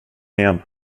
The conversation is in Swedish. igen